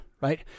right